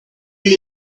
you